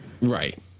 right